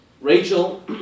Rachel